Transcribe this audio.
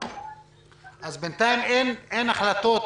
אז בינתיים אין החלטות,